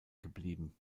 geblieben